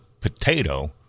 potato